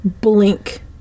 blink